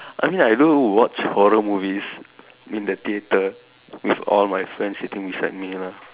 I mean I do watch horror movies in the theatre with all my friends sitting beside me lah